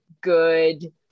good